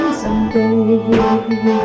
someday